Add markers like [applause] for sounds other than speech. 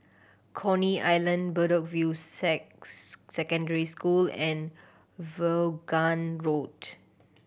Coney Island Bedok View [unintelligible] Secondary School and Vaughan Road